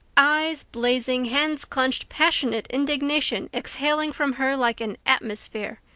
eyes blazing, hands clenched, passionate indignation exhaling from her like an atmosphere.